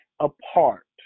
apart